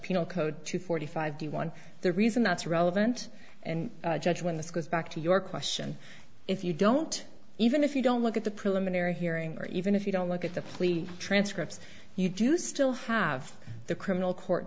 penal code two forty five b one the reason that's relevant and judge when this goes back to your question if you don't even if you don't look at the preliminary hearing or even if you don't look at the plea transcripts you do still have the criminal court